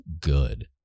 good